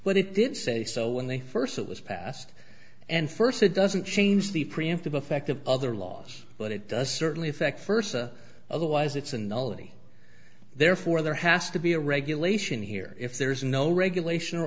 but it did say so when they first it was passed and first it doesn't change the preemptive effect of other laws but it does certainly affect first otherwise it's and already therefore there has to be a regulation here if there's no regulation or